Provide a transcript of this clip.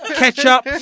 ketchup